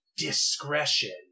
Discretion